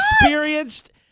experienced